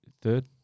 Third